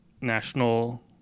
National